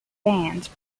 dance